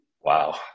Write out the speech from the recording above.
Wow